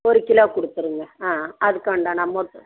ஒரு கிலோ கொடுத்துருங்க ஆ அதுக்குண்டான அமௌண்ட்